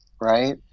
right